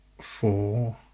four